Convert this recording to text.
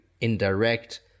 indirect